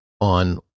on